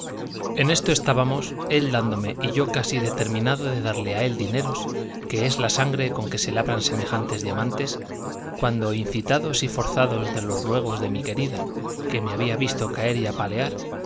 en esto estábamos él dándome y yo casi determinado de darle a él dineros que es la sangre con que se labran semejantes diamantes cuando incitados y forzados de los ruegos de mi querida que me había visto caer y apalear